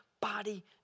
body